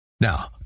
Now